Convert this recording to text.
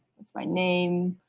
that's my name,